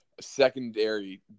secondary